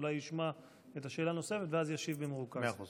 אולי ישמע את השאלה הנוספת ואז ישיב במרוכז?